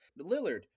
Lillard